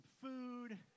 food